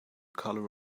color